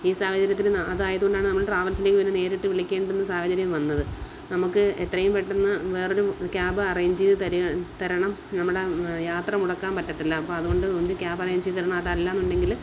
ഈ സാഹചര്യത്തിൽ അതായതുകൊണ്ടാണ് നമ്മൾ ട്രാവല്സിലേക്ക് പിന്നെ നേരിട്ട് വിളിക്കേണ്ടുന്ന സാഹചര്യം വന്നത് നമുക്ക് എത്രയും പെട്ടെന്ന് വേറെ ഒരു ക്യാബ് അറേഞ്ച് ചെയ്ത് തരുക തരണം നമ്മുടെ യാത്ര മുടക്കാൻ പറ്റത്തില്ല അപ്പോൾ അതുകൊണ്ട് ഒന്നുകിൽ ക്യാബ് അറേഞ്ച് ചെയ്ത് തരണം അതല്ല എന്നുണ്ടെങ്കിൽ